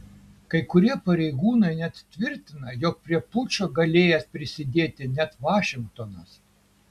kai kurie pareigūnai net tvirtina jog prie pučo galėjęs prisidėti net vašingtonas